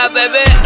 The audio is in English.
baby